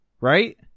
right